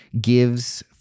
gives